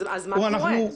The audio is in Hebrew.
אז מה קורה?